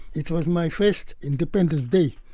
it was my first independence day.